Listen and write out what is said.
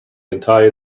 entire